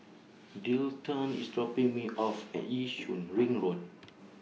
IS dropping Me off At Yishun Ring Road